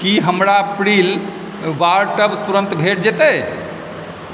की हमरा प्रिल बार टब तुरंत भेंट जेतय